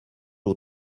aux